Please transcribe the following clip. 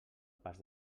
pas